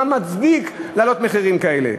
מה מצדיק מחירים כאלה?